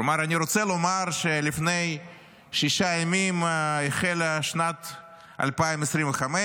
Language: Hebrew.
כלומר אני רוצה לומר שלפני שישה ימים החלה שנת 2025,